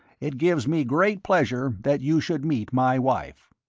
it gives me great pleasure that you should meet my wife.